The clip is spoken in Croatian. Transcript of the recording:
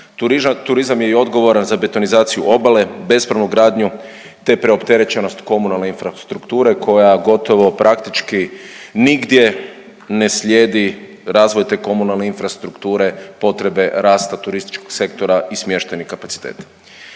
Turizam je i odgovoran za betonizaciju obale, bespravnu gradnju te preopterećenost komunalne infrastrukture koja gotovo praktički nigdje ne slijedi razvoj te komunalne infrastrukture potrebe rasta turističkog sektora i smještajnih kapaciteta.